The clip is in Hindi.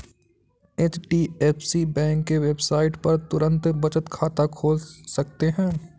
एच.डी.एफ.सी बैंक के वेबसाइट पर तुरंत बचत खाता खोल सकते है